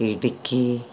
Idukki